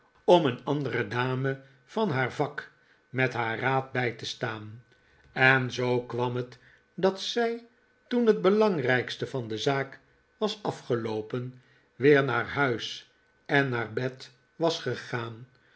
om een andere dame van haar vak met haar raad bij te staan en zoo kwam het dat zij toen het belangrijkste van de zaak was afgeloopen weer naar huis en naar bed was gegaan